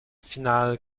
finale